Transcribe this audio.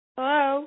Hello